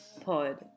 pod